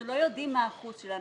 אנחנו לא יודעים מה האחוז שלנו.